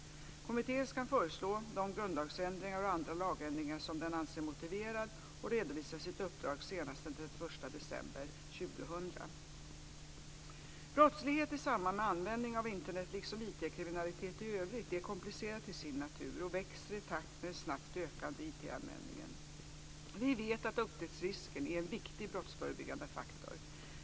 Kommittén ska föreslå de grundlagsändringar och andra lagändringar som den anser motiverade och redovisa sitt uppdrag senast den 31 december 2000. Brottslighet i samband med användning av Internet liksom IT-kriminaliteten i övrigt är komplicerad till sin natur och växer i takt med den snabbt ökande IT-användningen. Vi vet att upptäcktsrisken är en viktig brottsförebyggande faktor.